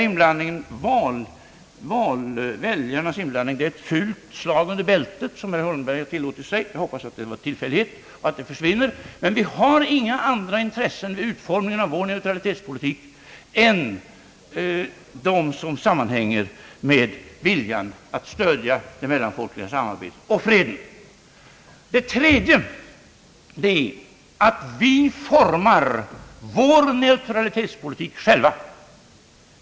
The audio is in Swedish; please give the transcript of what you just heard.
Inblandningen av väljarna är ett fult slag under bältet som herr Holmberg har tillåtit sig. Jag hoppas det var en tillfällighet och att det inte upprepas. Vi har inga andra intressen vid utformningen av vår neutralitetspolitik än dem som sammanhänger med viljan att stödja det mellanfolkliga samarbetet och freden. Det tredje är ait vi formar vår neutralitetspolitik själva.